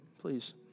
please